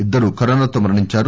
ఇద్దరు కరోనా తో మరణించారు